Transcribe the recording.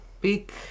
big